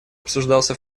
обсуждался